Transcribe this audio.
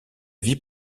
vie